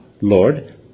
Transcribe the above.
Lord